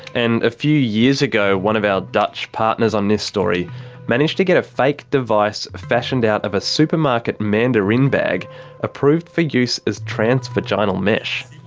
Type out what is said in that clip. and a few years ago, one of our dutch partners on this story managed to get a fake device fashioned out of a supermarket mandarin bag approved for use as trans-vaginal mesh.